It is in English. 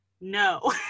no